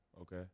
Okay